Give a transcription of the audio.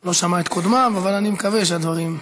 לא שמע את קודמיו, אבל אני מקווה שהדברים,